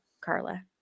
Carla